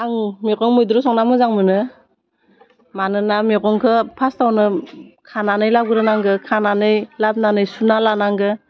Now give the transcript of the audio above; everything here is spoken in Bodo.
आं मैगं मैद्रु संना मोजां मोनो मानोना मैगंखौ फास्टआवनो खानानै लाबोग्रोनांगो खानानै लाबोनानै सुना लानांगौ